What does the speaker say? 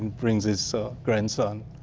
brings his so grandson.